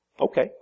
okay